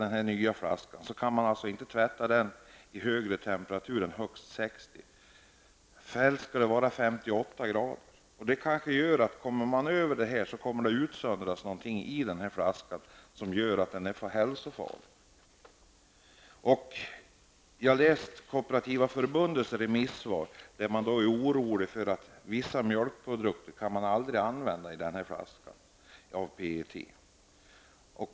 Den nya flaskan kan inte tvättas i högre temperatur än 60 grader, men den skall helst tvättas i 58 graders värme. Om man kommer över dessa temperaturer utsöndras det kanske någonting i flaskan som gör att den blir hälsofarlig. Jag har läst Kooperativa förbundets remissvar, där man uttrycker oro för att vissa mjölkprodukter aldrig kommer att kunna användas i PET-flaskan.